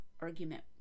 argument